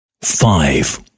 five